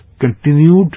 continued